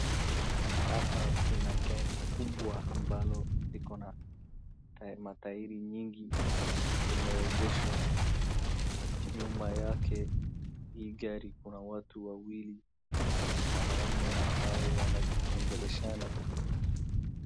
Hapa kuna gari kubwa ambalo ikona matairi nyingi limeegeshwa. Nyuma yake hii gari kuna watu wawili, wanaume ambao wanaogeleshana.